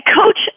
Coach